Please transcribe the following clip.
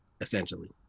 Essentially